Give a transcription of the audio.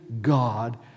God